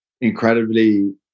incredibly